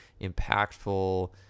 impactful